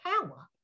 power